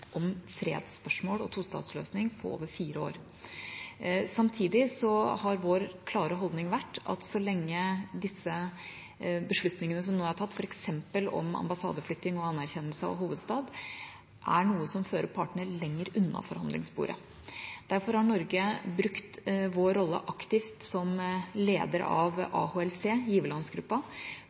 om fredsspørsmål og tostatsløsning på over fire år. Samtidig har vår klare holdning vært at disse beslutningene som nå er tatt, f.eks. om ambassadeflytting og anerkjennelse av hovedstad, er noe som fører partene lenger unna forhandlingsbordet. Derfor har Norge brukt vår rolle aktivt som leder av AHLC,